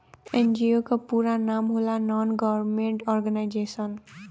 NGO क पूरा नाम होला नान गवर्नमेंट और्गेनाइजेशन